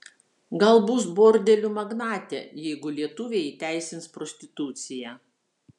gal bus bordelių magnatė jeigu lietuviai įteisins prostituciją